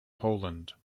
poland